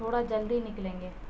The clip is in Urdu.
تھوڑا جلدی نکلیں گے